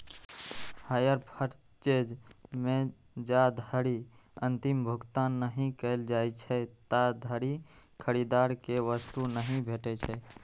hire purchase मे जाधरि अंतिम भुगतान नहि कैल जाइ छै, ताधरि खरीदार कें वस्तु नहि भेटै छै